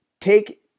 take